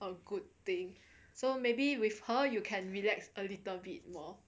a good thing so maybe with her you can relax a little bit more